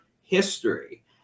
history